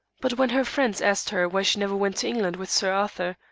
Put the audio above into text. but when her friends asked her why she never went to england with sir arthur,